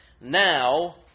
Now